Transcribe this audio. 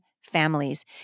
families